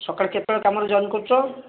ସକାଳ କେତେବେଳେ କାମରେ ଜଏନ୍ କରୁଛ